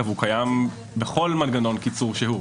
אגב, הוא קיים בכל מנגנון קיצור שהוא.